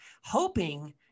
hoping